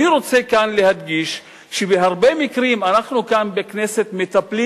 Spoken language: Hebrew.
אני רוצה להדגיש שבהרבה מקרים אנחנו כאן בכנסת מטפלים